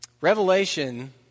Revelation